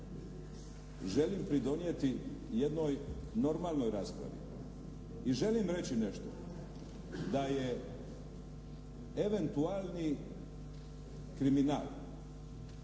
želim pridonijeti jednoj normalnoj raspravi i želim reći nešto, da je eventualni kriminal,